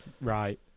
right